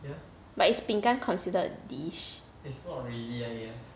but is 饼干 considered dish